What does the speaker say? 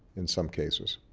in some cases.